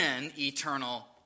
eternal